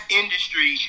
industry